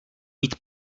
mít